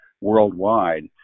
worldwide